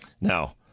Now